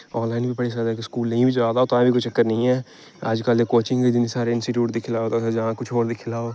online बी पढी सकदे स्कूल नेईं बी जा दा तां बी कोई चक्कर नेईं ऐ अज्जकल ते कोचिंग इन्ने सारे इंस्टीट्यूट दिक्खी लेओ तुस जां कुछ होर दिक्खी लैओ